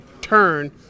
turn